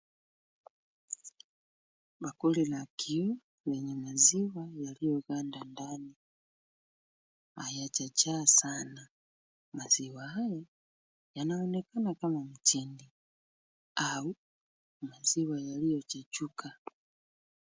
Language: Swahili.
Makundi makiu yenye maziwa yaliyoganda ndani. Hayajajaa sana. Maziwa hayo, yanaonekana kama mtindi au maziwa yaliyochachuka.